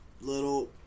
little